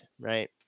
right